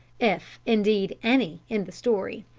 if, indeed, any, in the story.